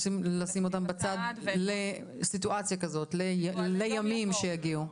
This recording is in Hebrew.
לשים אותם בצד לימים שיבואו.